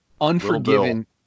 Unforgiven